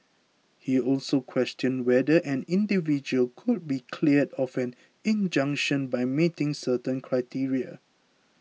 he also questioned whether an individual could be cleared of an injunction by meeting certain criteria